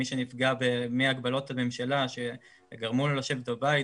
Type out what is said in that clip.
במי שנפגע מהגבלות הממשלה שגרמו לו לשבת בבית,